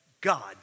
God